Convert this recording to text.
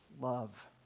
love